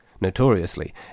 Notoriously